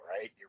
right